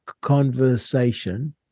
conversation